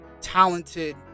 talented